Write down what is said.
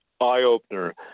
eye-opener